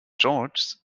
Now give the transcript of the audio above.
george’s